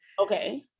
Okay